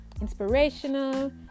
inspirational